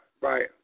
right